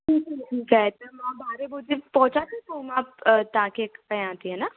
ठीकु आहे ठीकु आहे त हिते मां ॿारहें बजे पहुचा थी पोइ मां तव्हांखे कयां थी हा न